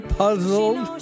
puzzled